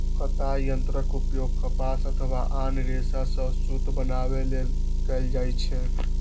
कताइ यंत्रक उपयोग कपास अथवा आन रेशा सं सूत बनबै लेल कैल जाइ छै